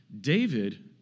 David